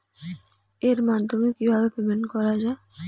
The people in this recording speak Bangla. এর মাধ্যমে কিভাবে পেমেন্ট করা য়ায়?